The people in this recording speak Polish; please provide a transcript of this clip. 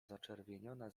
zaczerwieniona